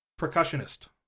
percussionist